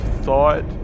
thought